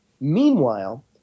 meanwhile